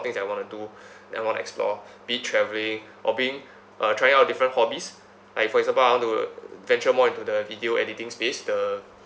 things I want to do that I want to explore be it travelling or being uh trying out different hobbies like for example I want to venture more into the video editing space the